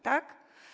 Tak?